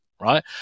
right